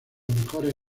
mejores